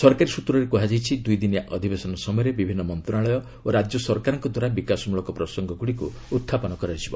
ସରକାରୀ ସୂତ୍ରରୁ କୁହାଯାଇଛି ଦୁଇଦିନିଆ ଅଧିବେଶନ ସମୟରେ ବିଭିନ୍ନ ମନ୍ତ୍ରଣାଳୟ ଓ ରାଜ୍ୟସରକାରଙ୍କ ଦ୍ୱାରା ବିକାଶ ମୂଳକ ପ୍ରସଙ୍ଗଗୁଡ଼ିକୁ ଉତ୍ଥାପନ କରାଯିବ